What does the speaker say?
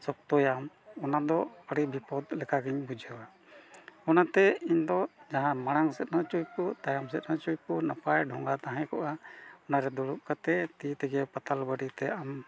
ᱥᱚᱠᱛᱚᱭᱟᱢ ᱚᱱᱟ ᱫᱚ ᱟᱹᱰᱤ ᱵᱤᱯᱚᱫ ᱞᱮᱠᱟᱜᱤᱧ ᱵᱩᱡᱷᱟᱹᱣᱟ ᱚᱱᱟᱛᱮ ᱤᱧ ᱫᱚ ᱡᱟᱦᱟᱸ ᱢᱟᱲᱟᱝ ᱥᱮᱫ ᱦᱚᱸ ᱪᱚᱭᱠᱩᱫ ᱛᱟᱭᱚᱢ ᱥᱮᱫ ᱦᱚᱸ ᱪᱚᱭᱠᱩᱫ ᱱᱟᱯᱟᱭ ᱰᱷᱚᱸᱜᱟ ᱛᱟᱦᱮᱸ ᱠᱚᱜᱼᱟ ᱚᱱᱟᱨᱮ ᱫᱩᱲᱩᱵ ᱠᱟᱛᱮ ᱛᱤ ᱛᱮᱜᱮ ᱯᱟᱛᱟᱞ ᱵᱟᱲᱤ ᱛᱮ ᱟᱢ